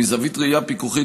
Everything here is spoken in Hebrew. מזווית ראייה פיקוחית,